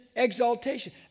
Exaltation